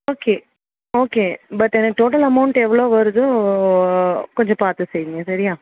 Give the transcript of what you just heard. okay okay but எனக்கு total amount எவ்வளோ வருதோ கொஞ்சம் பார்த்து செய்யுங்க சரியா